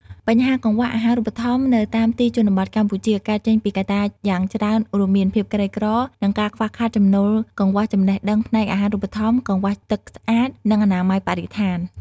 បញ្ហាកង្វះអាហារូបត្ថម្ភនៅតាមទីជនបទកម្ពុជា កើតចេញពីកត្តាយ៉ាងច្រើនរួមមាន ភាពក្រីក្រ និងការខ្វះខាតចំណូល កង្វះចំណេះដឹងផ្នែកអាហារូបត្ថម្ភ កង្វះទឹកស្អាត និងអនាម័យបរិស្ថាន។